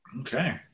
Okay